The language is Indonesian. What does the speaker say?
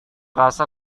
rasa